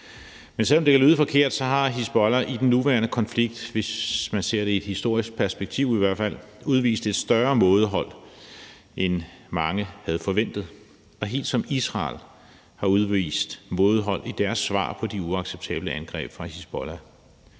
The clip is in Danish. Men selv om det kan lyde forkert, har Hizbollah i den nuværende konflikt, i hvert fald hvis man ser det i et historisk perspektiv, udvist et større mådehold, end mange havde forventet, helt som Israel har udvist mådehold i deres svar på de uacceptable angreb fra Hizbollah,